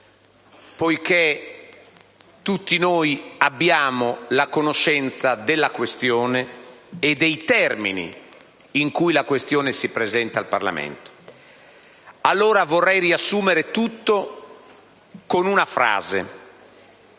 poiché tutti noi abbiamo conoscenza della questione e dei termini in cui essa si presenta al Parlamento, ma vorrei riassumere il tutto con una frase: